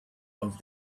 over